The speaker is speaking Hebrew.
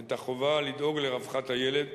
את החובה לדאוג לרווחת הילד,